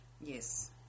Yes